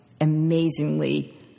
amazingly